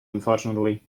unfortunately